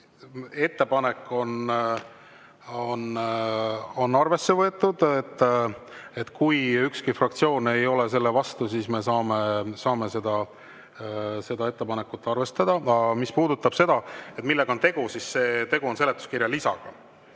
Ettepanek on arvesse võetud. Kui ükski fraktsioon ei ole selle vastu, siis me saame seda ettepanekut arvestada. Aga mis puudutab seda, millega on tegu, siis tegu on seletuskirja lisaga.